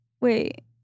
wait